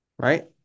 right